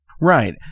right